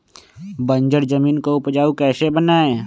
बंजर जमीन को उपजाऊ कैसे बनाय?